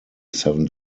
seven